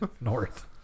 North